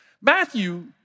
Matthew